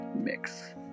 Mix